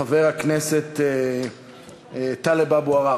חבר הכנסת טלב אבו עראר,